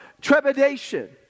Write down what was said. trepidation